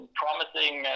promising